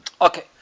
Okay